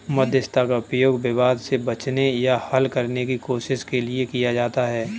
मध्यस्थता का उपयोग विवाद से बचने या हल करने की कोशिश के लिए किया जाता हैं